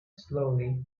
slowly